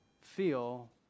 feel